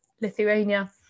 Lithuania